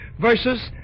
versus